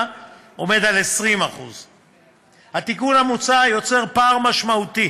עומד על 20%. התיקון המוצע יוצר פער משמעותי